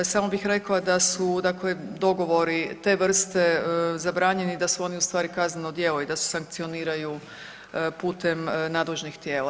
Samo bih rekla da su dakle dogovori te vrste zabranjeni, da su oni u stvari kazneno djelo i da se sankcioniraju putem nadležnih tijela.